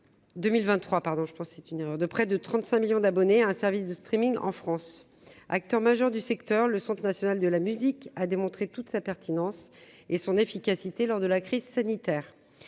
de près de 35 millions d'abonnés à un service de streaming en France, acteur majeur du secteur, le Centre national de la musique a démontré toute sa pertinence et son efficacité lors de la crise sanitaire,